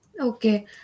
Okay